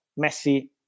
Messi